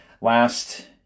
Last